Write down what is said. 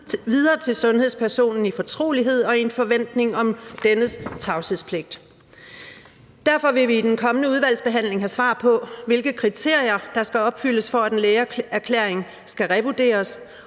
videre til sundhedspersonen i fortrolighed og i en forventning om dennes tavshedspligt. Derfor vil vi i udvalgsbehandlingen have svar på, hvilke kriterier der skal opfyldes for, at en lægeerklæring skal revurderes,